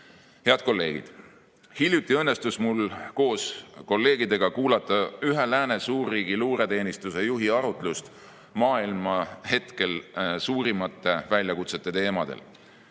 kolleegid! Hiljuti õnnestus mul koos kolleegidega kuulata ühe lääne suurriigi luureteenistuse juhi arutlust maailma hetkel suurimate väljakutsete teemadel.